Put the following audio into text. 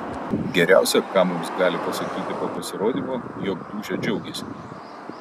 geriausia ką mums gali pasakyti po pasirodymo jog dūšia džiaugėsi